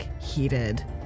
heated